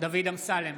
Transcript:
דוד אמסלם,